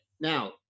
Now